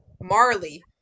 marley